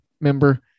member